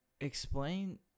explain